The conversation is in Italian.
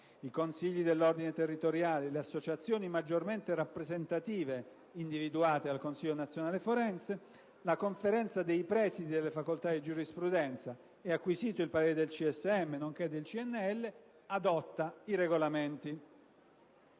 i consigli dell'ordine territoriali e le associazioni maggiormente rappresentative individuate dal Consiglio nazionale forense, la Conferenza dei presidi delle facoltà di giurisprudenza, ed acquisito il parere del CSM nonché del CNEL, adotta i regolamenti